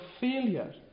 failure